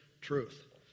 truth